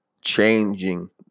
changing